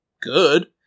good